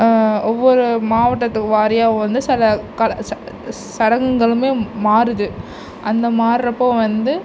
ஒவ்வொரு மாவட்டத்து வாரியாகவும் வந்து சில கலாச்சார சடங்குகளுமே மாறுது அந்த மாற்றரப்போ வந்து